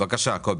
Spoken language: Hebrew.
שמי קובי